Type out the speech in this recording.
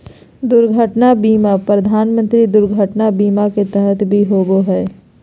दुर्घटना बीमा प्रधानमंत्री दुर्घटना बीमा के तहत भी होबो हइ